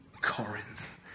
Corinth